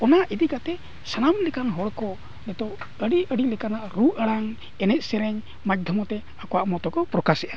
ᱚᱱᱟ ᱤᱫᱤ ᱠᱟᱛᱮᱫ ᱥᱟᱱᱟᱢ ᱞᱮᱠᱟᱱ ᱦᱚᱲ ᱠᱚ ᱱᱤᱛᱚᱜ ᱟᱹᱰᱤ ᱟᱹᱰᱤ ᱞᱮᱠᱟᱱᱟᱜ ᱨᱩ ᱟᱲᱟᱝ ᱮᱱᱮᱡ ᱥᱮᱨᱮᱧ ᱢᱟᱫᱽᱫᱷᱚᱢᱛᱮ ᱟᱠᱚᱣᱟᱜ ᱢᱚᱛ ᱠᱚ ᱯᱨᱚᱠᱟᱥᱮᱜᱼᱟ